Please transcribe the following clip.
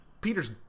Peter's